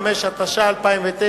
25), התש"ע 2009,